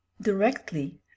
directly